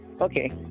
Okay